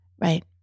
Right